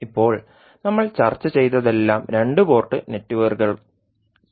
ഇപ്പോൾ നമ്മൾ ചർച്ച ചെയ്തതെല്ലാം രണ്ട് പോർട്ട് നെറ്റ്വർക്കുകൾക്കാണ്